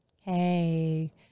hey